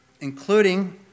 including